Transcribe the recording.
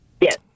yes